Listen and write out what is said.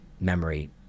memory